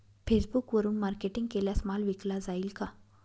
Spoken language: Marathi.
फेसबुकवरुन मार्केटिंग केल्यास माल विकला जाईल का?